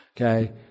okay